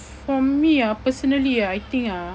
for me ah personally ah I think ah